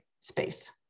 space